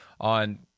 on